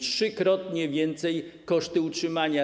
Trzykrotnie wyższe koszty utrzymania.